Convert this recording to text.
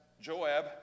Joab